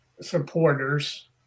supporters